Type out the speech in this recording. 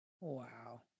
wow